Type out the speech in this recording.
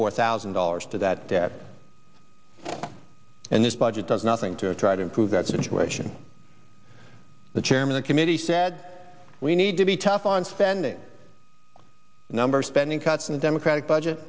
four thousand dollars to that debt and this budget does nothing to try to improve that situation the chairman the committee said we need to be tough on spending numbers spending cuts and democratic budget